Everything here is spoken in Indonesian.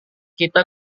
kita